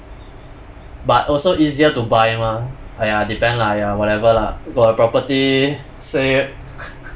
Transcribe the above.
but also easier to buy mah !aiya! depend lah !aiya! whatever lah go a property see